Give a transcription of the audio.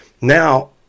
Now